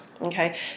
okay